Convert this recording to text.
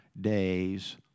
days